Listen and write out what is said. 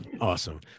Awesome